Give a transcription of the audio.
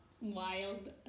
Wild